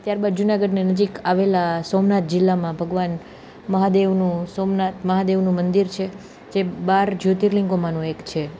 ત્યારબાદ જુનાગઢની નજીક આવેલા સોમનાથ જિલ્લામાં ભગવાન મહાદેવનું સોમનાથ મહાદેવનું મંદિર છે જે બાર જ્યોતિર્લીંગોમાંનું એક છે